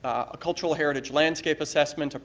a cultural heritage landscape assessment,